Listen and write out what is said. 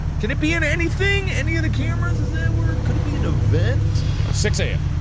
can it be in anything any of the cameras that work could it be an event six a m.